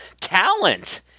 talent